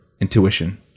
intuition